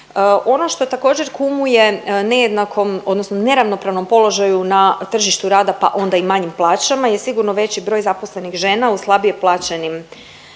Ono što također kumuje nejednakom odnosno neravnopravnom položaju na tržištu rada pa onda i manjim plaćama, je sigurno veći broj zaposlenih žena u slabije plaćenim